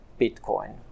Bitcoin